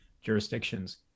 jurisdictions